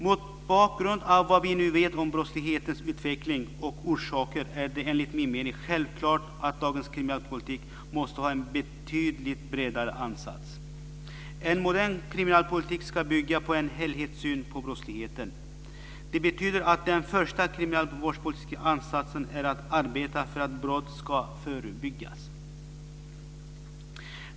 Mot bakgrund av vad vi nu vet om brottslighetens utveckling och orsaker är det enligt min mening självklart att dagens kriminalpolitik måste ha en betydligt bredare ansats. En modern kriminalpolitik ska bygga på en helhetssyn på brottsligheten. Det betyder att den första kriminalvårdspolitiska ansatsen är att arbeta för att brott ska förebyggas.